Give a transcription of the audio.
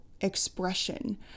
expression